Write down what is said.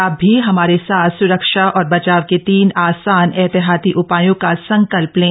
आप भी हमारे साथ सुरक्षा और बचाव के तीन आसान एहतियाती उपायों का संकल्प लें